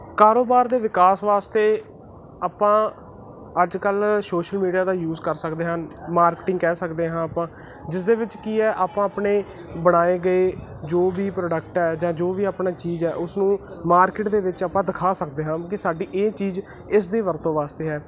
ਕਾਰੋਬਾਰ ਦੇ ਵਿਕਾਸ ਵਾਸਤੇ ਆਪਾਂ ਅੱਜ ਕੱਲ੍ਹ ਸੋਸ਼ਲ ਮੀਡੀਆ ਦਾ ਯੂਜ ਕਰ ਸਕਦੇ ਹਾਂ ਮਾਰਕਟਿੰਗ ਕਹਿ ਸਕਦੇ ਹਾਂ ਆਪਾਂ ਜਿਸ ਦੇ ਵਿੱਚ ਕੀ ਹੈ ਆਪਾਂ ਆਪਣੇ ਬਣਾਏ ਗਏ ਜੋ ਵੀ ਪ੍ਰੋਡਕਟ ਹੈ ਜਾਂ ਜੋ ਵੀ ਆਪਣੇ ਚੀਜ਼ ਹੈ ਉਸ ਨੂੰ ਮਾਰਕੀਟ ਦੇ ਵਿੱਚ ਆਪਾਂ ਦਿਖਾ ਸਕਦੇ ਹਾਂ ਕਿ ਸਾਡੀ ਇਹ ਚੀਜ਼ ਇਸ ਦੀ ਵਰਤੋਂ ਵਾਸਤੇ ਹੈ